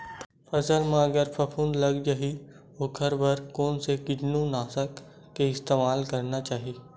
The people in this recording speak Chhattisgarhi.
फसल म अगर फफूंद लग जा ही ओखर बर कोन से कीटानु नाशक के इस्तेमाल करना चाहि?